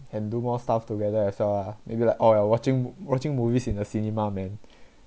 can do more stuff together as well ah maybe like oh you're watching watching movies in the cinema man